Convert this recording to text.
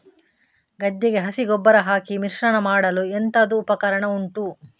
ಗದ್ದೆಗೆ ಹಸಿ ಗೊಬ್ಬರ ಹಾಕಿ ಮಿಶ್ರಣ ಮಾಡಲು ಎಂತದು ಉಪಕರಣ ಉಂಟು?